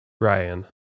Ryan